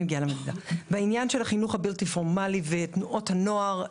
בעניין החינוך הבלתי-פורמלי ותנועות הנוער,